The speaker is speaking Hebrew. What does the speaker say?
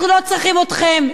אנחנו לא צריכים אתכם,